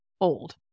old